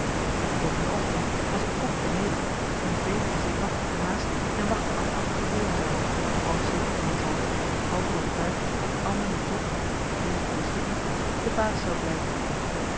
de volgende ochtend was ik vroeg beneden ontbeet in zenuwachtige haast en wachtte af wat er gebeuren zou half zeker van mijn zaak half overtuigd dat die ander me toch hoe wist ik niet de baas zou blijken